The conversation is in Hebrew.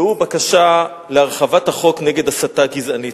והוא בקשה להרחבת החוק נגד הסתה גזענית.